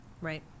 Right